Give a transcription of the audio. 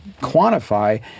quantify